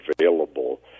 available